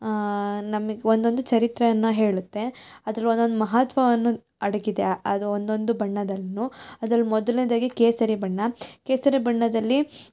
ನಮಗ್ ಒಂದೊಂದು ಚರಿತ್ರೆಯನ್ನು ಹೇಳುತ್ತೆ ಅದ್ರ ಒಂದೊಂದು ಮಹತ್ವವನ್ನು ಅಡಗಿದೆ ಆ ಅದು ಒಂದೊಂದು ಬಣ್ಣವನ್ನು ಅದ್ರಲ್ಲಿ ಮೊದಲ್ನೇದಾಗಿ ಕೇಸರಿ ಬಣ್ಣ ಕೇಸರಿ ಬಣ್ಣದಲ್ಲಿ